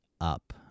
up